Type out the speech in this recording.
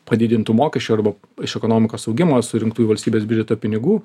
padidintų mokesčių arba iš ekonomikos augimo surinktų į valstybės biudžetą pinigų